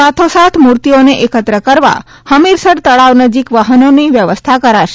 સાથોસાથ મૂર્તિઓને એકત્ર કરવા હમીરસર તળાવ નજીક વાહનની વ્યવસ્થા કરાશે